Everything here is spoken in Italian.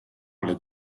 alle